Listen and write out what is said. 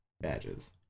badges